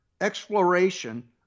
exploration